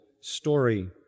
story